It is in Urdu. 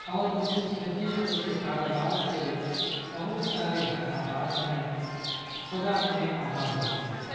اور اس کی کھیتی اور اس کے کاروبار سے بہت سارے گھر آباد ہیں خدا انہیں آباد رکھے